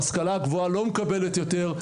ההשכלה הגבוהה לא מקבלת יותר.